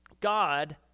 God